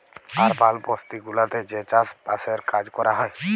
আরবাল বসতি গুলাতে যে চাস বাসের কাজ ক্যরা হ্যয়